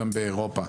האחרונות, גם באירופה.